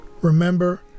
remember